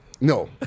no